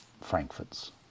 Frankfurt's